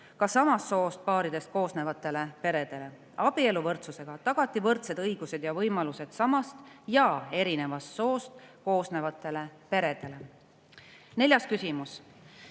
ka samast soost paaridest koosnevatele peredele. Abieluvõrdsusega tagati võrdsed õigused ja võimalused samast ja eri soost [paaridest] koosnevatele peredele. Neljas küsimus: